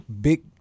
big